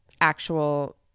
actual